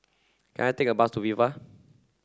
can I take a bus to Viva